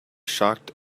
shocked